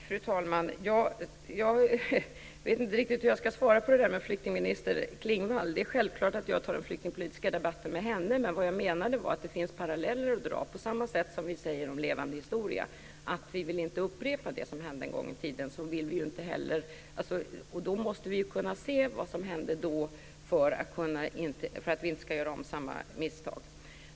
Fru talman! Jag vet inte riktigt hur jag ska svara vad gäller det där med flyktingminister Klingvall. Självklart tar jag den flyktingpolitiska debatten med henne. Vad jag menar är att det finns paralleller att dra, på samma sätt som vi säger om Levande historia - vi vill ju inte upprepa det som hände en gång i tiden. Vi måste alltså kunna se vad som hände då just för att inte göra samma misstag igen.